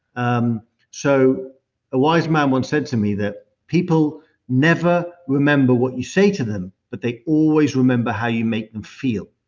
um so a wise man once said to me that people never remember what you say to them, but they always remember how you make them feel.